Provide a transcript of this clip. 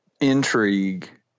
intrigue